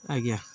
ଆଜ୍ଞା